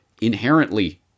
inherently